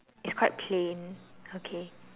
it's quite plain okay